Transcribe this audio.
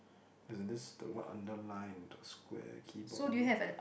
as in this is the what underline the square keyboard all